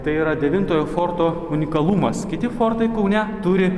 tai yra devintojo forto unikalumas kiti fortai kaune turi